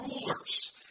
rulers